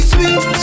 Sweet